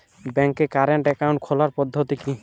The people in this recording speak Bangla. ব্যাংকে কারেন্ট অ্যাকাউন্ট খোলার পদ্ধতি কি?